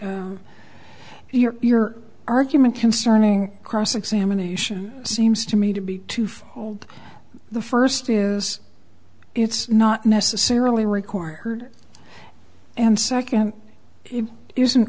your your argument concerning cross examination seems to me to be twofold the first is it's not necessarily require heard and second it isn't